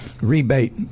rebate